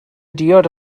diod